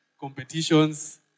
competitions